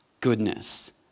goodness